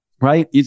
Right